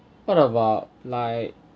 what about like